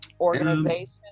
organization